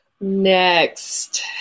Next